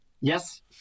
yes